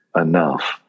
enough